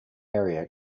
area